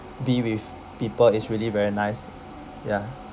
be with people is really very nice ya